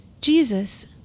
Jesus